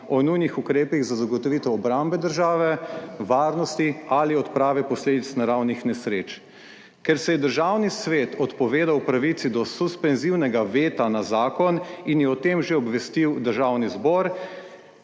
o nujnih ukrepih za zagotovitev obrambe države, varnosti ali odprave posledic naravnih nesreč. Ker se je Državni svet odpovedal pravici do suspenzivnega veta na zakon in je o tem že obvestil Državni zbor,